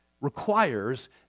requires